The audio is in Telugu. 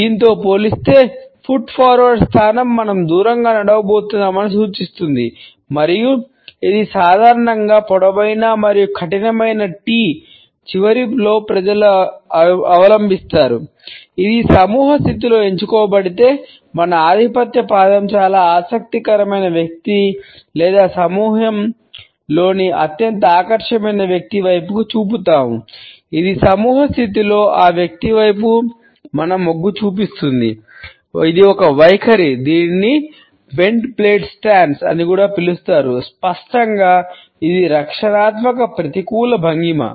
దీనితో పోల్చితే ఫుట్ ఫార్వర్డ్ అని కూడా పిలుస్తారు స్పష్టంగా ఇది రక్షణాత్మక ప్రతికూల భంగిమ